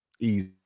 Easy